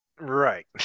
Right